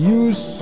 use